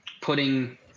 putting